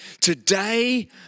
today